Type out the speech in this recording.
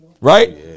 right